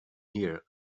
here